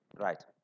Right